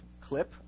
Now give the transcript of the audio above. clip